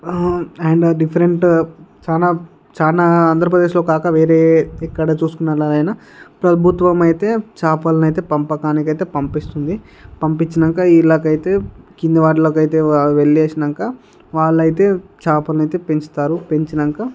and different చాలా చాలా ఆంధ్రప్రదేశ్లో కాక వేరే ఎక్కడ చూసుకున్నట్టు అయిన ప్రభుత్వం అయితే చేపలను అయితే పంపకానికైతే పంపిస్తుంది పంపించినాక ఇలాగైతే కింది వాటిలోకైతే వెళ్ళేసినాక వాళ్ళయితే చేపలనైతే పెంచుతారు పెంచినాక